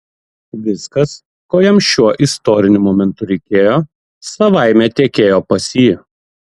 viskas ko jam šiuo istoriniu momentu reikėjo savaime tekėjo pas jį